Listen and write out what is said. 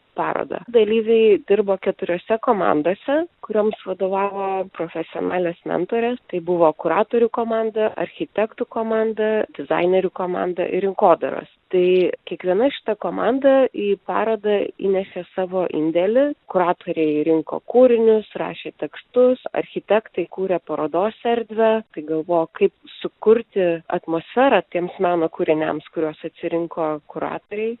parodą dalyviai dirbo keturiose komandose kurioms vadovavo profesionalės mentorės tai buvo kuratorių komanda architektų komanda dizainerių komanda ir rinkodaros tai kiekviena šita komanda į parodą įnešė savo indėlį kuratoriai rinko kūrinius rašė tekstus architektai kūrė parodos erdvę tai galvojo kaip sukurti atmosferą tiems meno kūriniams kuriuos atsirinko kuratoriai